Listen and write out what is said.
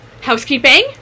Housekeeping